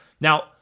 now